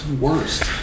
Worst